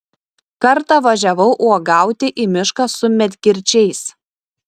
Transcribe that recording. kartą važiavau uogauti į mišką su medkirčiais